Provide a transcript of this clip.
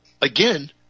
again